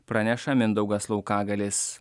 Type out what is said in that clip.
praneša mindaugas laukagalis